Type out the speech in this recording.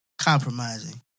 compromising